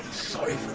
sorry